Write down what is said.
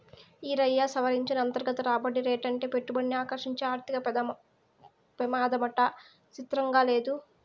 ఈరయ్యా, సవరించిన అంతర్గత రాబడి రేటంటే పెట్టుబడిని ఆకర్సించే ఆర్థిక పెమాదమాట సిత్రంగా లేదూ